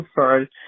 sorry